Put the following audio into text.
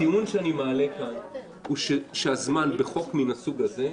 הזמן בחוק מן הסוג הזה,